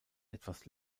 etwas